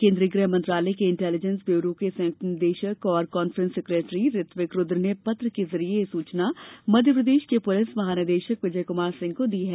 केन्द्रीय गृह मंत्रालय के इंटेलीजेन्स ब्यूरो के संयुक्त निदेशक और कान्फ्रेंस सेक्रेटरी ऋत्विक रुद्र ने पत्र के जरिए यह सूचना मध्यप्रदेश के पुलिस महानिदेशक विजय कुमार सिंह को दी है